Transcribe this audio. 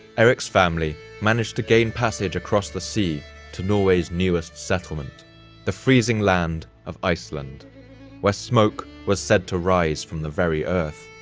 erik's family managed to gain passage across the sea to norway's newest settlement the freezing land of iceland where smoke was said to rise from the very earth.